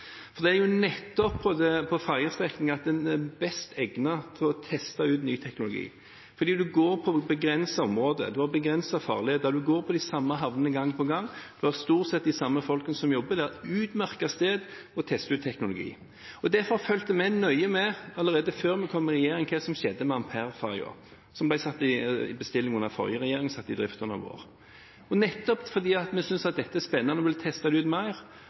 Det er jo nettopp fergestrekninger som er best egnet for å teste ut ny teknologi, for en går på et begrenset område, en har begrenset farlei, en går på de samme havnene gang på gang, og det er stort sett de samme folkene som jobber der – et utmerket sted å teste ut teknologi. Derfor fulgte vi, allerede før vi kom i regjering, nøye med på hva som skjedde med fergen «Ampere», som ble satt i bestilling under den forrige regjering og satt i drift under vår regjering. Nettopp fordi vi synes dette er spennende og vil teste det ut mer,